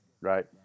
right